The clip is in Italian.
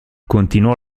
continuò